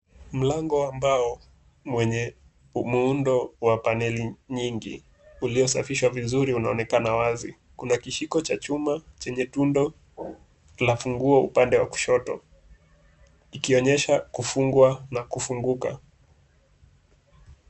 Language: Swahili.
Mlango wa mbao wenye muundo wa paneli nyingi uliyosafishwa vizuri unaonekana wazi. Kuna kishiko cha chuma chenye tundu la ufunguo upande wa kushoto ikionyeshwa kufungwa na kufunguka.